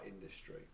industry